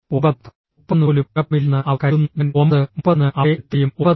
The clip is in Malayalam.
30 ന് പോലും കുഴപ്പമില്ലെന്ന് അവർ കരുതുന്നു ഞാൻ 930 ന് അവിടെ എത്തുകയും 9